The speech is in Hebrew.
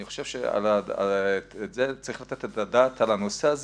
אני חושב שצריך לתת את הדעת בנושא הזה.